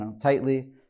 tightly